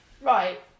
Right